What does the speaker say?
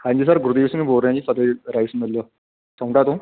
ਹਾਂਜੀ ਸਰ ਗੁਰਦੀਪ ਸਿੰਘ ਬੋਲ ਰਿਹਾਂ ਜੀ ਫਤਿਹ ਰਾਈਸ ਮਿੱਲ ਤੋਂ